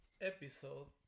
episode